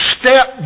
step